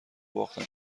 باختن